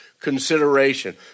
consideration